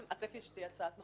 הצפי הוא שתהיה הצעת מחליטים?